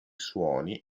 suoni